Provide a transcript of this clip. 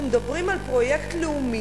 אנחנו מדברים על פרויקט לאומי